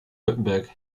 württemberg